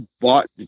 bought